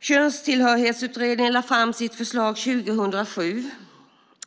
Könstillhörighetsutredningen lade fram sitt förslag 2007.